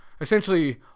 Essentially